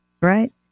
right